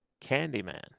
Candyman